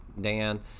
Dan